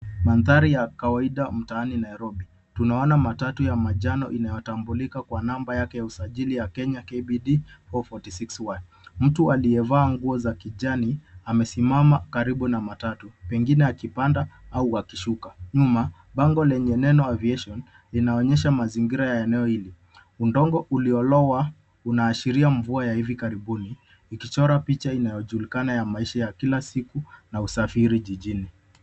Mandhari ya kawaida mtaani Nairobi. Tunaona matatu ya manjano inayotambulika kwa namba yake ya usajili ya Kenya, KBD 446Y. Mtu aliyevaa nguo za kijani amesimama karibu na matatu, pengine akipanda au akishuka. Nyuma, bango lenye neno aviation linaonyesha mzingira ya eneo hili. Udongo uliolowa, unaashiria mvua ya hivi karibuni, ikichora picha inayojulikana ya maisha ya kila siku, na usafiri jijini.